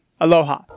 Aloha